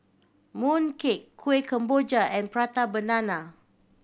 mooncake Kueh Kemboja and Prata Banana